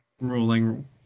ruling